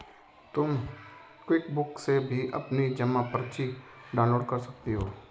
तुम क्विकबुक से भी अपनी जमा पर्ची डाउनलोड कर सकती हो